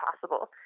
possible